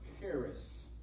Paris